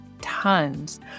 tons